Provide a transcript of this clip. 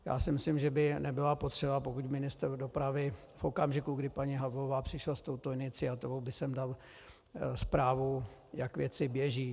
Já si myslím, že by nebyla potřeba, pokud ministr dopravy v okamžiku, kdy paní Havlová přišla s touto iniciativou, by sem dal zprávu, jak věci běží.